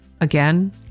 Again